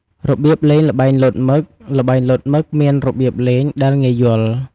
របៀបលេងល្បែងលោតមឹក ល្បែងលោតមឹកមានរបៀបលេងដែលងាយយល់។